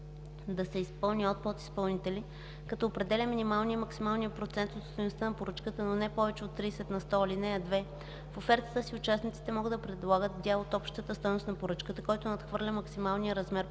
да се изпълни от подизпълнители, като определя минималния и максималния процент от стойността на поръчката, но не повече от 30 на сто. (2) В офертата си участниците могат да предлагат дял от общата стойност на поръчката, който надхвърля максималния размер по ал.